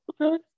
Okay